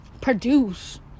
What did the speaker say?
produce